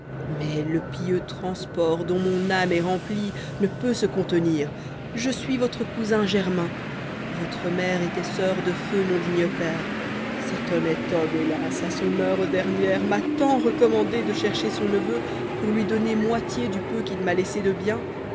mais le pieux transport dont mon âme est remplie ne peut se contenir je suis votre'cousin germain votre mère étoit soeur de feu mon digne père cet honnête homme hélas j à son'heure dernière m'a tant recommandé de chercher son neveu pour lui donner moitié du peu qu'il m'a laissé de bien